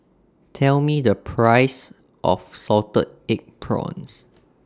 Tell Me The Price of Salted Egg Prawns